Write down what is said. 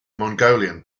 mongolian